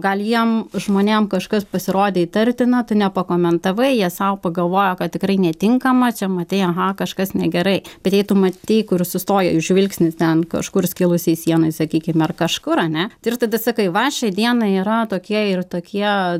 gal jiem žmonėm kažkas pasirodė įtartina tu nepakomentavai jie sau pagalvojo kad tikrai netinkama čia matai aha kažkas negerai bet jei tu matei kur sustoja jų žvilgsnis ten kažkur skilusioj sienoj sakykim ar kažkur ane tai ir tada sakai va šiai dienai yra tokie ir tokie